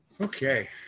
Okay